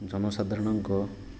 ଜନସାଧାରଣଙ୍କ